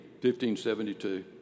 1572